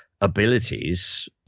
abilities